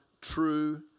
true